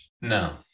no